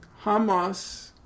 Hamas